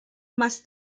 más